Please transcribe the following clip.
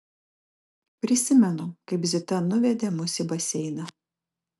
prisimenu kaip zita nuvedė mus į baseiną